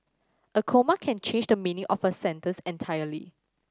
a comma can change the meaning of a sentence entirely